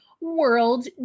World